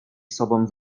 sobą